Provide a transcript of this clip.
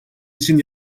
için